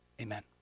Amen